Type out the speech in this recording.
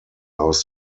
aus